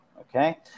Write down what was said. okay